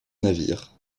navires